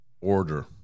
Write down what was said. order